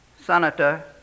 senator